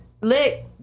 Lick